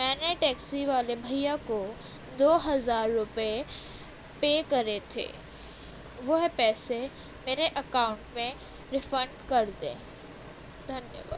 میں نے ٹیکسی والے بھیا کو دو ہزار روپے پے کرے تھے وہ پیسے میرے اکاؤنٹ میں ریفنڈ کر دیں دھنیہ واد